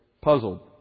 puzzled